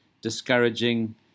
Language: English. discouraging